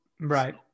right